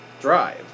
drive